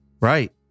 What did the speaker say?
Right